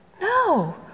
No